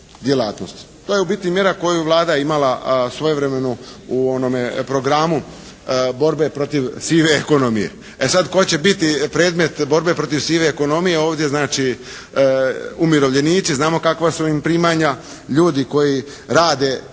Tu je u biti mjera koju je Vlada imala svojevremeno u programu borbe protiv sive ekonomije. E, sad tko će biti predmet borbe protiv sive ekonomije ovdje, znači umirovljenici, znamo kakva su im primanja, ljudi koji rade "a